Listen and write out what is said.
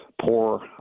poor